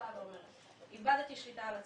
באה ואומרת: איבדתי שליטה על עצמי,